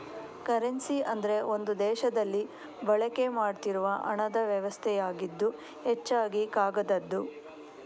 currency ಅಂದ್ರೆ ಒಂದು ದೇಶದಲ್ಲಿ ಬಳಕೆ ಮಾಡ್ತಿರುವ ಹಣದ ವ್ಯವಸ್ಥೆಯಾಗಿದ್ದು ಹೆಚ್ಚಾಗಿ ಕಾಗದದ್ದು